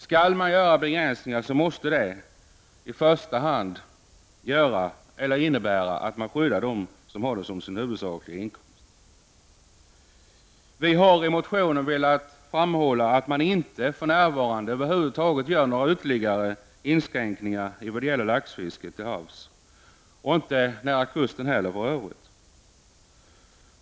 Skall man införa begränsningar måste man i första hand skydda dem som får sin huvudsakliga inkomst från fisket. Vi har i motioner velat framhålla att man för närvarande inte bör göra några ytterligare inskränkningar i vad gäller laxfiske till havs, och för övrigt inte heller nära kusten.